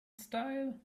style